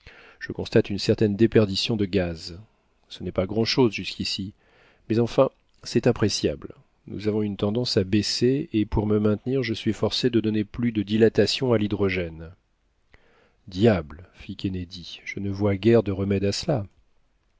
je constate une certaine déperdition de gaz ce n'est pas grandchose jusqu'ici mais enfin c'est appréciable nous avons une tendance à baisser et pour me maintenir je suis forcé de donner plus de dilatation à l'hydrogène diable fit kennedy je ne vois guère de remède à cela